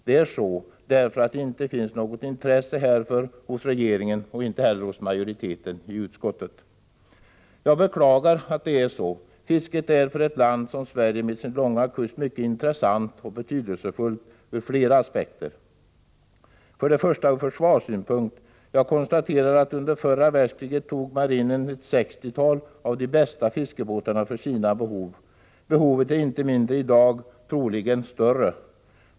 Det är så därför att det inte finns något intresse hos regeringen och inte heller hos majoriteten i utskottet. Jag beklagar att det är så. Fisket är för ett land som Sverige med sin långa kust mycket intressant och betydelsefullt ur flera aspekter. För det första är fisket viktigt från försvarssynpunkt. Jag konstaterar att marinen under förra världskriget tog ett sextiotal av de bästa fiskebåtarna för sitt behov. Behovet är inte mindre i dag, troligen större.